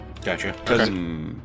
Gotcha